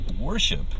worship